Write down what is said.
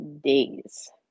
days